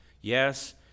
yes